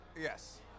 Yes